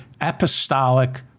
Apostolic